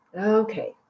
Okay